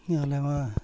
ᱟᱞᱮ ᱢᱟ